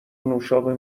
نوشابه